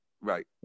right